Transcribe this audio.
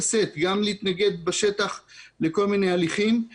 שאת גם להתנגד בשטח לכל מיני הליכים,